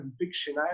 conviction